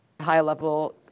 high-level